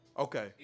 Okay